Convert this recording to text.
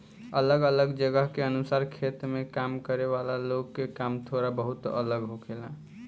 अलग अलग जगह के अनुसार खेत में काम करे वाला लोग के काम थोड़ा बहुत अलग होखेला